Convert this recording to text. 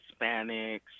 Hispanics